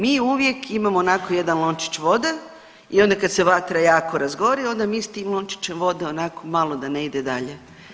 Mi uvijek imamo onako jedan lončić vode i onda kad se vatra jako razgori onda mi s tim lončićem vode onako malo da ne ide dalje.